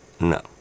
no